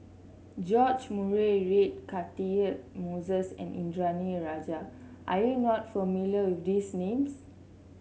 George Murray Reith Catchick Moses and Indranee Rajah are you not familiar with these names